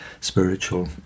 spiritual